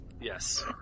Yes